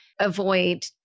avoid